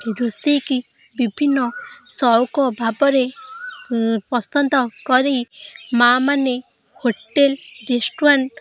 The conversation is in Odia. ରୋଷେଇକି ବିଭିନ୍ନ ସଉକ ଭାବରେ ପସନ୍ଦ କରି ମାଆମାନେ ହୋଟେଲ୍ ରେଷ୍ଟୁରାଣ୍ଟ୍